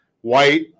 White